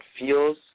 feels